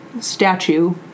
statue